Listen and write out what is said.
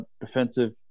defensive